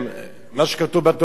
מה שכתוב בתורה, בלעם,